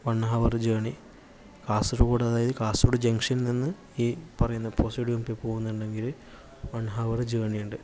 one hour journey Kasaragod അതായത് Kasaragod junction നിന്ന് ഈ പറയുന്ന പോസടി ഗുംപെ പോകുന്നുണ്ടെങ്കില് വൺ ഹവറ് ജേണി ഉണ്ട്